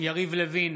יריב לוין,